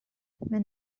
men